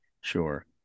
Sure